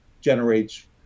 generates